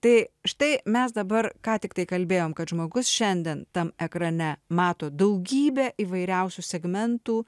tai štai mes dabar ką tiktai kalbėjom kad žmogus šiandien tam ekrane mato daugybę įvairiausių segmentų